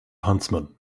huntsman